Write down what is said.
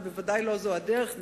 אבל בוודאי לא זו הדרך.